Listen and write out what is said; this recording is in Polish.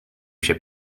się